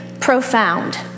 profound